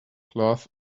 cloth